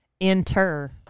Enter